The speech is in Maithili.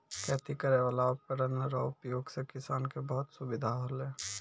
खेती करै वाला उपकरण रो उपयोग से किसान के बहुत सुबिधा होलै